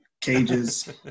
cages